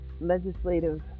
legislative